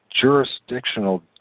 jurisdictional